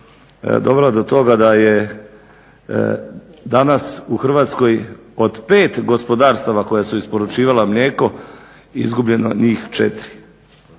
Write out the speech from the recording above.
dovela do toga da je danas u Hrvatskoj od 5 gospodarstava koja su isporučivala mlijeko izgubljeno njih 4.